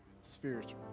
spiritual